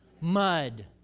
Mud